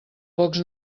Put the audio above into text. pocs